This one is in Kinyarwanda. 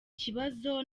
kibazo